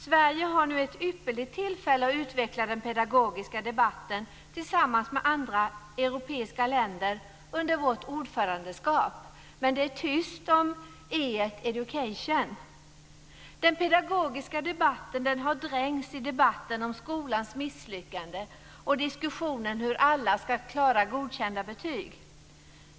Sverige har nu ett ypperligt tillfälle att utveckla den pedagogiska debatten tillsammans med andra europeiska länder under vårt ordförandeskap, men det är tyst om education. Den pedagogiska debatten har dränkts i debatten om skolans misslyckande och diskussionen om hur alla ska klara godkända betyg.